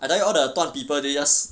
but then all the 段 people they just